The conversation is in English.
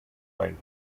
line